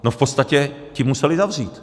V podstatě ti museli zavřít!